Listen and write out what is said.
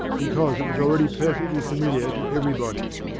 because it was already perfectly familiar to everybody.